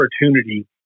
opportunity